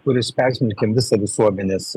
kuris persmelkia visą visuomenės